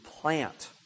plant